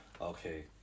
okay